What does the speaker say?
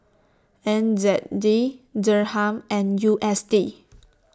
N Z D Dirham and U S D